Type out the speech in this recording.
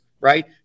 right